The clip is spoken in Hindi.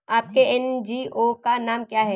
आपके एन.जी.ओ का नाम क्या है?